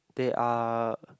there are